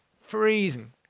freezing